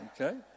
okay